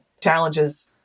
challenges